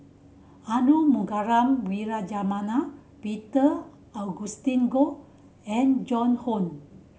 Arumugam Vijiaratnam Peter Augustine Goh and Joan Hon